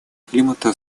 климата